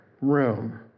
room